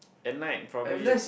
at night probably